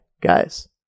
guys